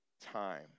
time